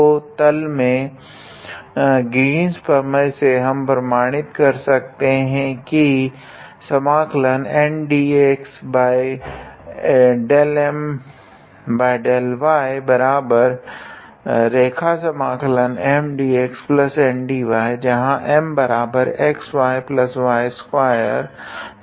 तो तल में ग्रीन्स प्रमेय से हम प्रमाणित कर सकते है की जहाँ Mxyxyy2 Nxyx2